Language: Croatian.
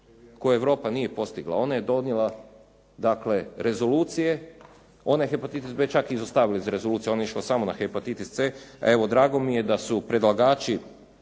koju Europa nije postigla. Ona je donijela dakle rezolucije. Ona je hepatitis B čak izostavila iz rezolucije. On je išao samo na hepatitis C. Evo drago mi je da su predlagači,